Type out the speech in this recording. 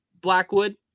Blackwood